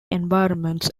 environments